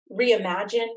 reimagine